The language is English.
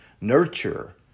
nurture